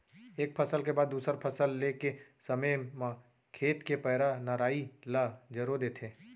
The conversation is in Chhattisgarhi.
एक फसल के बाद दूसर फसल ले के समे म खेत के पैरा, नराई ल जरो देथे